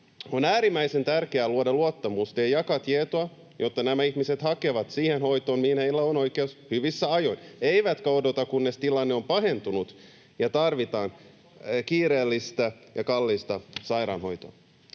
On äärimmäisen tärkeää luoda luottamusta ja jakaa tietoa, jotta nämä ihmiset hakevat siihen hoitoon, mihin heillä on oikeus, hyvissä ajoin, eivätkä odota, kunnes tilanne on pahentunut ja tarvitaan kiireellistä ja kallista sairaanhoitoa.